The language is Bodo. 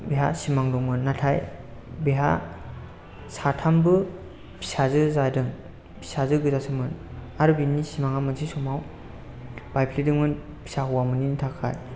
बिहा सिमां दंमोन नाथाय बिहा साथामबो फिसाजो जादों फिसाजो गोजासोमोन आरो बिनि सिमाङा मोनसे समाव बायफ्लेदोंमोन फिसा हौवा मोनैनि थाखाय